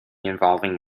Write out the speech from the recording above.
involving